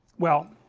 well,